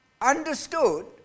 understood